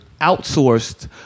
outsourced